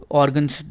organs